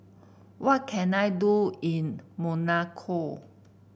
what can I do in Monaco